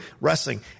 wrestling